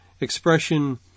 expression